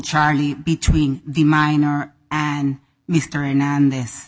charlie between the minor and mr and and this